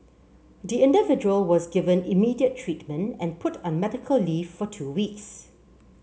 the individual was given immediate treatment and put on medical leave for two weeks